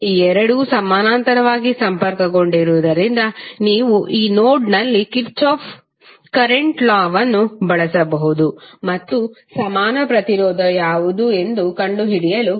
ಈ ಎರಡು ಸಮಾನಾಂತರವಾಗಿ ಸಂಪರ್ಕಗೊಂಡಿರುವುದರಿಂದ ನೀವು ಈ ನೋಡ್ನಲ್ಲಿ ಕಿರ್ಚಾಫ್ನ ಕರೆಂಟ್ ಲಾ ವನ್ನುKirchhoff's current law ಬಳಸಬಹುದು ಮತ್ತು ಸಮಾನ ಪ್ರತಿರೋಧ ಯಾವುದು ಎಂದು ಕಂಡುಹಿಡಿಯಲು ಪ್ರಯತ್ನಿಸಿ